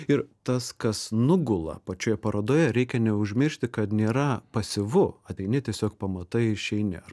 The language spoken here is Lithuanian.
ir tas kas nugula pačioje parodoje reikia neužmiršti kad nėra pasyvu ateini tiesiog pamatai ir išeini ar